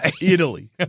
Italy